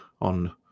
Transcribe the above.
on